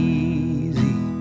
easy